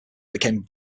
became